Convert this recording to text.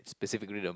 specific rhythm